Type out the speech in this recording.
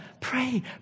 Pray